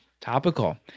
Topical